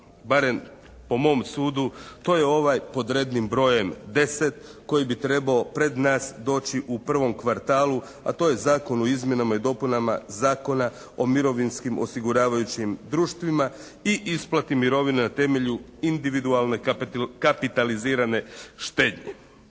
barem po mom sudu to je ovaj pod rednim brojem 10. koji bi trebao pred nas doći u prvom kvartalu, a to je Zakon o izmjenama i dopunama Zakona o mirovinskim osiguravajućim društvima i isplati mirovina na temelju individualne kapitalizirane štednje.